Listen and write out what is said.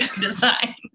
design